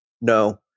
No